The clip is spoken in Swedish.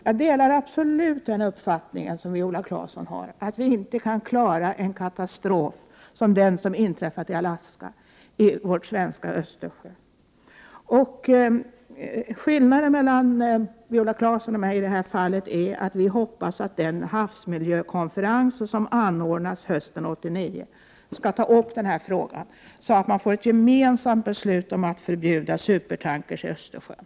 Jag delar tveklöst Viola Claessons uppfattning att vi inte kan klara en katastrof av det slag som inträffade i Alaska om den skulle inträffa i Östersjön. Skillnaden mellan Viola Claessons och min åsikt i den här frågan är att vi i centern hoppas att den havsmiljökonferens som anordnas hösten 1989 skall ta upp denna fråga. Vi hoppas att den skall leda till ett gemensamt förbud mot supertankers i Östersjön.